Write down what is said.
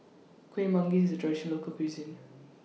Kueh Manggis IS A Traditional Local Cuisine